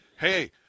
hey